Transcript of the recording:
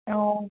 অঁ